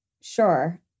sure